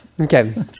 Okay